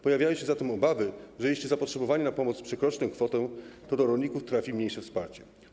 Pojawiają się zatem obawy, że jeśli zapotrzebowanie na pomoc przekroczy tę kwotę, to do rolników trafi mniejsze wsparcie.